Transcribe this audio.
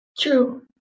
True